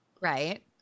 right